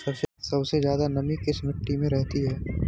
सबसे ज्यादा नमी किस मिट्टी में रहती है?